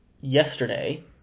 yesterday